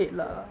ya